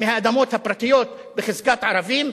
מהאדמות הפרטיות בחזקת ערבים,